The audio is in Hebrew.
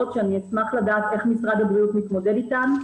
שאני אשמח לדעת איך משרד הבריאות מתמודד איתן,